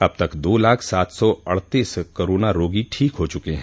अब तक दो लाख सात सौ अड़तीस कोरोना रोगी ठीक हो गये हैं